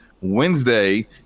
Wednesday